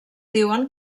diuen